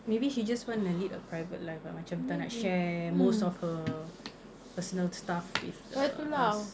maybe she just want to lead a private life lah macam tak nak share most of her personal stuff with uh us